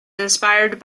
inspired